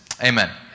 amen